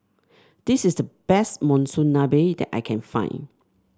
this is the best Monsunabe that I can find